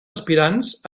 aspirants